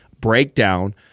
breakdown